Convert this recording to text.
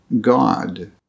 God